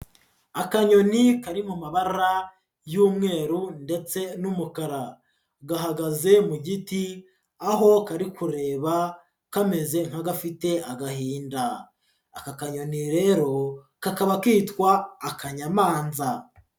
Akanyoni kari mu mabara y'umweru ndetse n'umukara, gahagaze mu giti, aho kari kureba kameze nk'agafite agahinda, aka kanyoni rero kakaba kitwa akanyamanza.